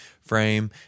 frame